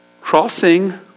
crossing